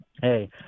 Hey